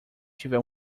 tiver